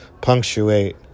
punctuate